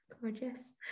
Gorgeous